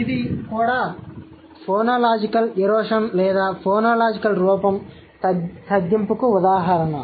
కాబట్టి ఇది కూడా ఫోనోలాజికల్ ఎరోషన్ లేదా ఫోనోలాజికల్ రూపం తగ్గింపుకు ఉదాహరణ